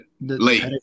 Late